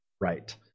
Right